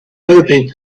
hoping